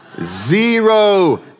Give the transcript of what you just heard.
Zero